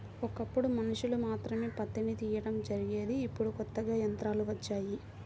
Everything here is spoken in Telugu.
ఒకప్పుడు మనుషులు మాత్రమే పత్తిని తీయడం జరిగేది ఇప్పుడు కొత్తగా యంత్రాలు వచ్చాయి